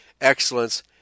excellence